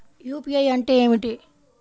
UPI అంటే ఏమిటీ?